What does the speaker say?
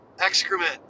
excrement